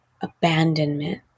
abandonment